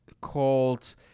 called